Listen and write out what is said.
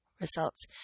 results